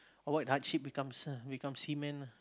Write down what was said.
avoid hardship become se~ become seamen ah